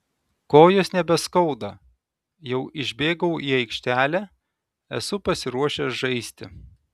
kojos nebeskauda jau išbėgau į aikštelę esu pasiruošęs žaisti